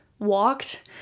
walked